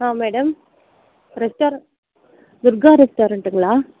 ah madam restaurant Durga ரெஸ்டாரண்டுங்களா